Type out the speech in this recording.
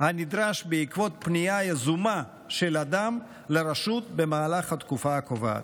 הנדרש בעקבות פנייה יזומה של אדם לרשות במהלך התקופה הקובעת.